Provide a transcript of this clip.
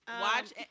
Watch